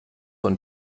und